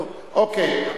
טוב, אוקיי.